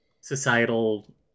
societal